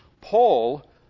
Paul